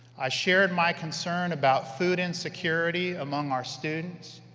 i shared my concern about food insecurity among our students.